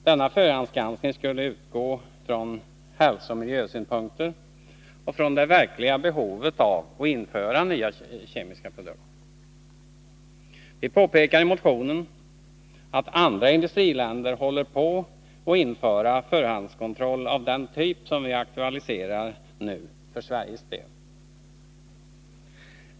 Denna förhandsgranskning skall utgå från hälsooch miljösynpunkter och från det verkliga behovet av att införa nya kemiska produkter. Vi påpekar i motionen att andra industriländer håller på att införa förhandskontroll av den typ som vi aktualiserar nu för Sveriges del.